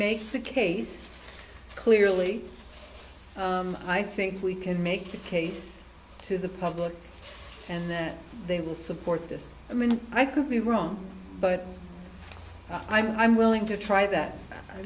make the case clearly i think we can make the case to the public and that they will support this i mean i could be wrong but i'm willing to try that i